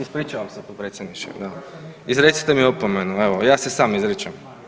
Ispričavam se potpredsjedniče, da, izrecite mi opomenu, evo ja si sam izričem.